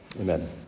Amen